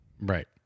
Right